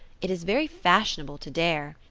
it is very fashionable to dare.